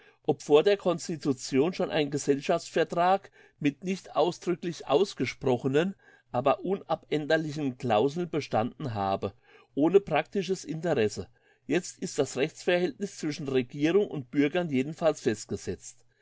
vor der constitution schon ein gesellschaftsvertrag mit nicht ausdrücklich ausgesprochenen aber unabänderlichen clauseln bestanden habe ohne praktisches interesse jetzt ist das rechtsverhältniss zwischen regierung und bürgern jedenfalls festgesetzt